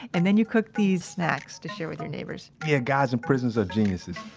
and then you cook these snacks to share with your neighbors yeah, guys in prisons are geniuses.